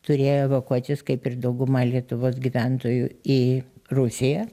turėjo evakuotis kaip ir dauguma lietuvos gyventojų į rusiją